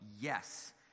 Yes